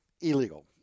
illegal